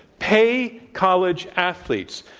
pay college athletes,